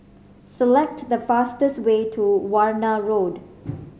select the fastest way to Warna Road